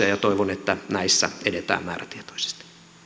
ja ja toivon että näissä edetään määrätietoisesti